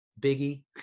Biggie